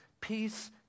peace